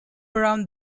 around